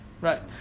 right